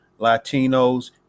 Latinos